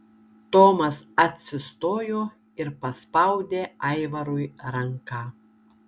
tomas atsistojo ir paspaudė aivarui ranką